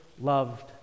loved